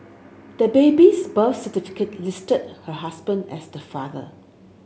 the baby's birth certificate listed her husband as the father